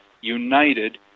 united